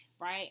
right